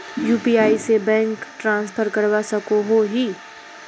UPI से bank transfer करवा सकोहो ही?